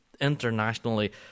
internationally